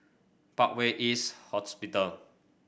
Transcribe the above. Parkway East Hospital